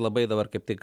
labai dabar kaip tik